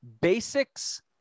basics